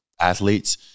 athletes